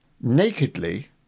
nakedly